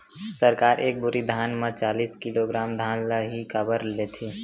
सरकार एक बोरी धान म चालीस किलोग्राम धान ल ही काबर लेथे?